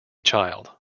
child